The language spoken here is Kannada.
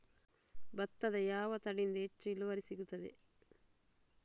ಭತ್ತದ ಯಾವ ತಳಿಯಿಂದ ಹೆಚ್ಚು ಇಳುವರಿ ಸಿಗುತ್ತದೆ?